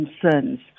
concerns